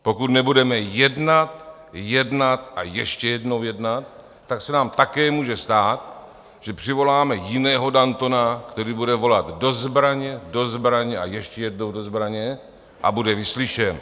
Pokud nebudeme jednat, jednat a ještě jednou jednat, tak se nám také může stát, že přivoláme jiného Dantona, který bude volat: Do zbraně, do zbraně a ještě jednou do zbraně a bude vyslyšen.